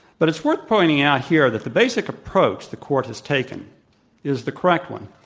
but it's worth pointing out here that the basic approach the court has taken is the correct one,